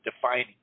defining